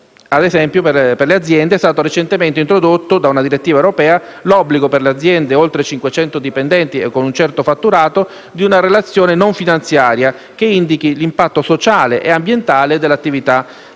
Ad esempio, è stato recentemente introdotto, da una direttiva europea, l'obbligo per le aziende con oltre 500 dipendenti e con un certo fatturato di una relazione non-finanziaria che indichi l'impatto sociale e ambientale delle attività dell'azienda